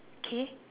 okay